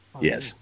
Yes